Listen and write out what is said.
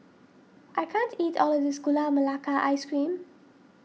I can't eat all of this Gula Melaka Ice Cream